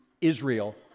Israel